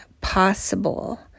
possible